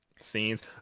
scenes